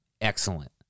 excellent